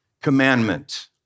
commandment